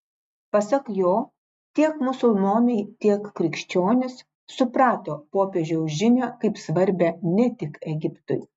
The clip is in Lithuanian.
pasak jo tiek musulmonai tiek krikščionys suprato popiežiaus žinią kaip svarbią ne tik egiptui